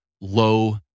low